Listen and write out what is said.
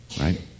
right